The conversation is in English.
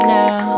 now